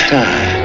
time